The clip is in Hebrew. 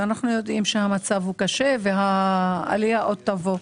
ואנחנו יודעים שהמצב הוא קשה והעלייה עוד תבוא,